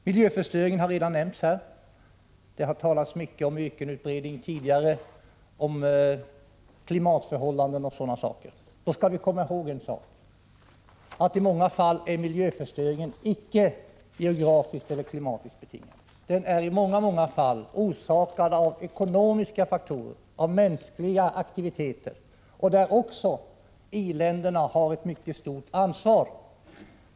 Miljöförstöringen har redan nämnts här. Det har talats mycket om ökenutbredning, klimatförhållanden och sådana saker. Då skall vi komma ihåg en sak: I många fall är miljöförstöringen icke geografiskt eller klimatiskt betingad, utan förorsakad av ekonomiska faktorer och mänskliga aktiviteter. Också där har i-länderna ett mycket stort ansvar.